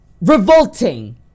revolting